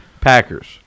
Packers